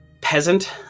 peasant